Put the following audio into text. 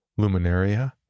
Luminaria